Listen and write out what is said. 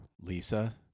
Lisa